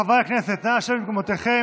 חברי הכנסת, נא לשבת במקומותיכם,